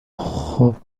خوب